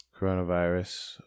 Coronavirus